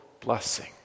blessing